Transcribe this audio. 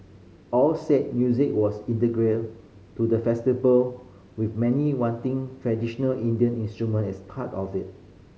all said music was integral to the festival with many wanting traditional Indian instrument as part of it